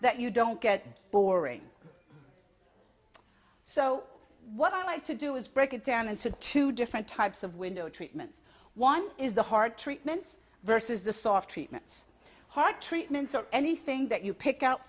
that you don't get boring so what i'd like to do is break it down into two different types of window treatments one is the heart treatments versus the soft treatments hard treatments or anything that you pick out